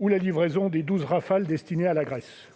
ou la livraison des 12 Rafale destinés à la Grèce.